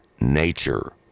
nature